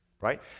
Right